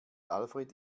alfred